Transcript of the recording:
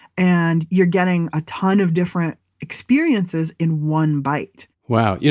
and you're getting a ton of different experiences in one bite wow. yeah